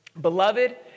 beloved